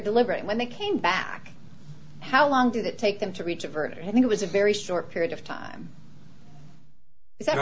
deliberate when they came back how long did it take them to reach a verdict and it was a very short period of time is that